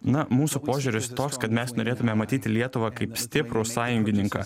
na mūsų požiūris toks kad mes norėtume matyti lietuvą kaip stiprų sąjungininką